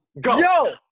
Go